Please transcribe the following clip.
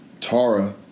Tara